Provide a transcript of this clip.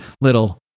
little